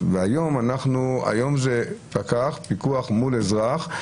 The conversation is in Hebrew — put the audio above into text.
היום זה פקח, פיקוח מול אזרח.